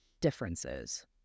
differences